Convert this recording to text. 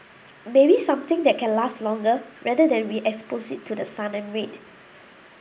maybe something that can last longer rather than we expose it to the sun and rain